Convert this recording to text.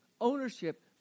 Ownership